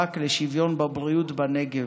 המאבק לשוויון בבריאות בנגב,